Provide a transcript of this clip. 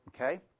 okay